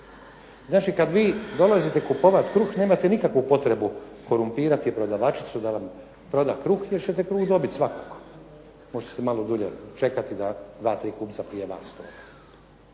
Znači kada vi dolazite kupovati kruh nemate nikakvu potrebu korumpirati prodavačicu da vam proda kruh, jer ćete kruh dobiti svakako. Možda ćete malo dulje čekati da dva, tri kupca prije vas ...